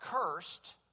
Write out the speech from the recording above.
cursed